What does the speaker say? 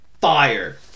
fire